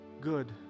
good